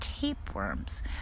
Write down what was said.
tapeworms